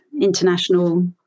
international